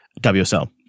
WSL